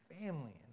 family